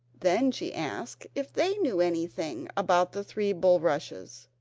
then she asked if they knew anything about the three bulrushes,